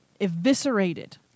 eviscerated